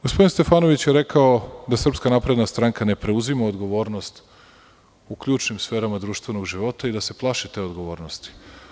Gospodin Stefanović je rekao da SNS ne preuzima odgovornost u ključnim sferama društvenog života i da se plaši te odgovornosti.